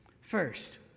First